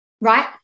right